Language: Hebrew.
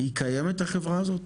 היא קיימת החברה הזאת?